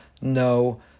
No